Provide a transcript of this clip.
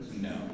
No